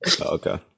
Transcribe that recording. Okay